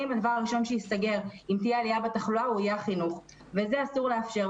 הדבר הראשון שייסגר אם תהיה עלייה בתחלואה זה יהיה החינוך וזה אסור לאפשר.